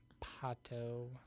pato